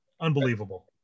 Unbelievable